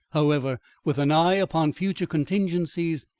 however, with an eye upon future contingencies,